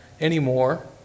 anymore